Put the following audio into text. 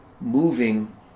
moving